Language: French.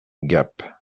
gap